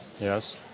Yes